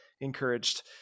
encouraged